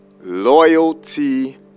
Loyalty